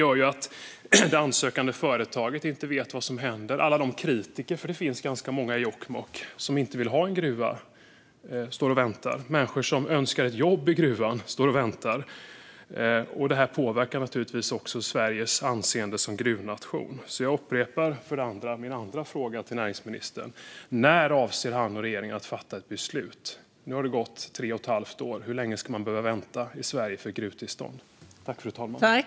Det gör att det ansökande företaget inte vet vad som händer. Även alla de kritiker - det finns många sådana i Jokkmokk - som inte vill ha en gruva står och väntar. Människor som önskar ett jobb i gruvan står och väntar. Detta påverkar naturligtvis också Sveriges anseende som gruvnation. Jag upprepar den andra frågan i interpellationen till näringsministern: När avser han och regeringen att fatta ett beslut? Det har nu gått tre och ett halvt år. Hur länge ska man behöva vänta i Sverige för att få ett gruvtillstånd?